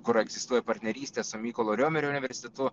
kur egzistuoja partnerystė su mykolo romerio universitetu